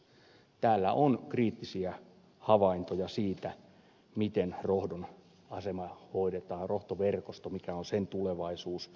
täällä on kriittisiä havaintoja siitä miten rohdon asema hoidetaan rohto verkosto mikä on sen tulevaisuus